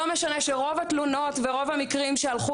לא משנה שרוב התלונות ורוב המקרים שהלכו